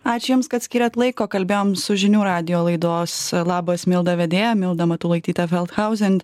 ačiū jums kad skyrėt laiko kalbėjom su žinių radijo laidos labas milda vedėja milda matulaityte feldhausen